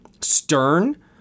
stern